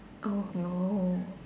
oh no